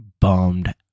bummed